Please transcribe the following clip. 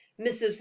Mrs